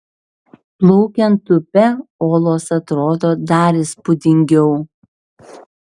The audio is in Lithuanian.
plaukiant upe olos atrodo dar įspūdingiau